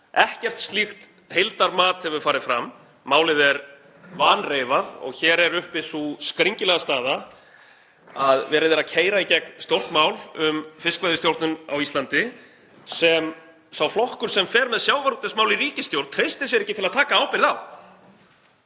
Ekkert slíkt heildarmat hefur farið fram. Málið er vanreifað og hér er uppi sú skringilega staða að verið er að keyra í gegn stórt mál um fiskveiðistjórn á Íslandi sem sá flokkur sem fer með sjávarútvegsmál í ríkisstjórn treystir sér ekki til að taka ábyrgð á.